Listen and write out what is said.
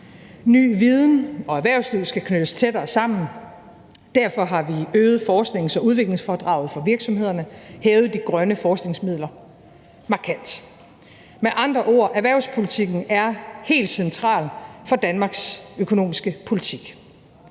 Ny viden og erhvervslivet skal knyttes tættere sammen. Derfor har vi øget forsknings- og udviklingsfradraget for virksomhederne og hævet de grønne forskningsmidler markant. Med andre ord: Erhvervspolitikken er helt central for Danmarks økonomiske politik,